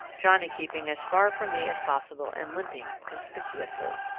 johnnie keeping as far from me as possible and limping conspicuously.